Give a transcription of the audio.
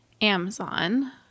Amazon